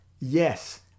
Yes